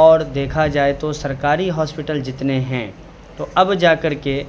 اور دیکھا جائے تو سرکاری ہاسپٹلس جتنے ہیں تو اب جا کر کے